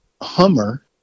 Hummer